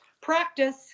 practice